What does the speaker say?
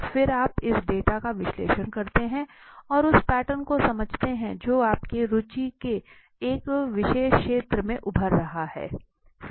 फिर आप इस डेटा का विश्लेषण करते हैं और उस पैटर्न को समझते हैं जो आपके रुचि के एक विशेष क्षेत्र में उभर रहा है